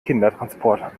kindertransport